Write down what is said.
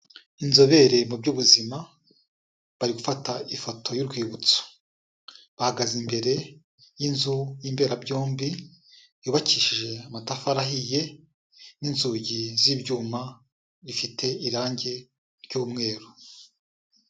Inzobere mu by'ubuzima barifata ifoto y'urwibutso bahagaze imbere y'inzu y'imberabyombi, yubakishije amatafari ahiye n'inzugi z'ibyuma ifite irangi ry'umweru.